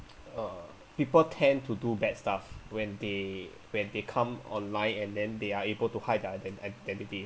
uh people tend to do bad stuff when they when they come online and then they are able to hide their iden~ identities